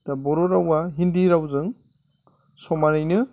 दा बर' रावआ हिन्दी रावजों समानैनो